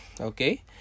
okay